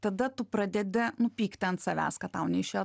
tada tu pradedi nu pykti ant savęs kad tau neišėjo